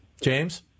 James